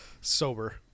Sober